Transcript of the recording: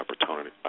Opportunity